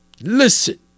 listen